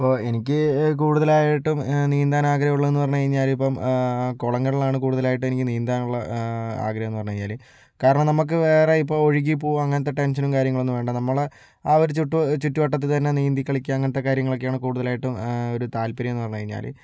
ഇപ്പോൾ എനിക്ക് കൂടുതലായിട്ടും നീന്താൻ ആഗ്രഹം ഉള്ളതേന്ന് പറഞ്ഞു കഴിഞ്ഞാല് ഇപ്പോൾ കുളങ്ങളിലാണ് കൂടുതലായിട്ടും എനിക്ക് നീന്താനുള്ള ആഗ്രഹം എന്ന് പറഞ്ഞുകഴിഞ്ഞാല് കാരണം നമുക്ക് വേറെ ഇപ്പോൾ ഒഴുകിപ്പോകും അങ്ങനത്തെ ടെൻഷനും കാര്യങ്ങളൊന്നും വേണ്ടാ നമ്മള് ആ ഒരു ചുറ്റുവട്ടത്ത് തന്നെ നീന്തി കളിക്കാൻ അങ്ങനത്തെ കാര്യങ്ങളാണ് കൂടുതലായിട്ടും ഒരു താല്പര്യമെന്ന് പറഞ്ഞു കഴിഞ്ഞാല്